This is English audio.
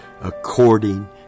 according